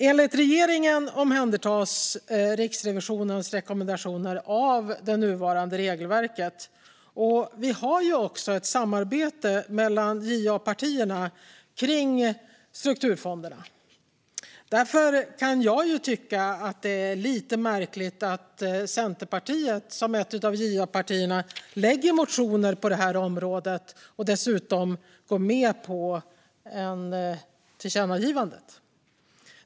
Enligt regeringen omhändertas Riksrevisionens rekommendationer av det nuvarande regelverket. Vi har också ett samarbete mellan januaripartierna kring strukturfonderna. Därför kan jag tycka att det är lite märkligt att Centerpartiet, som ju är ett av januaripartierna, lägger fram motioner på det här området och dessutom går med på ett tillkännagivande.